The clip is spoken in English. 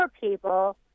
people